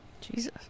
Jesus